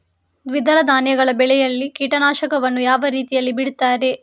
ದ್ವಿದಳ ಧಾನ್ಯಗಳ ಬೆಳೆಯಲ್ಲಿ ಕೀಟನಾಶಕವನ್ನು ಯಾವ ರೀತಿಯಲ್ಲಿ ಬಿಡ್ತಾರೆ?